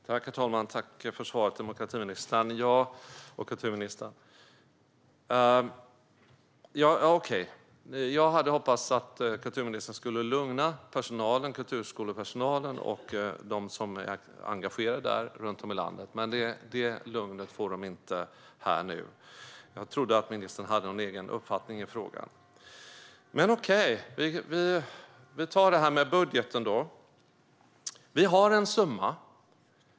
Herr talman! Tack för svaret, kultur och demokratiministern! Jag hade hoppats att kulturministern skulle lugna kulturskolepersonalen och dem som är engagerade där runt om i landet, men det lugnet får de nu inte här. Jag trodde att ministern hade någon egen uppfattning i frågan. Men, okej, vi tar i stället detta med budgeten. Vi har en summa.